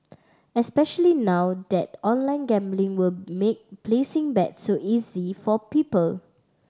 especially now that online gambling will make placing bets so easy for people